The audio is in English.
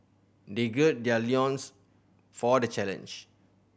they gird their loins for the challenge